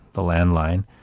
the landline,